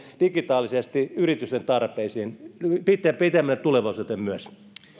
digitaalisesti yritysten tarpeisiin pitemmälle tulevaisuuteen myös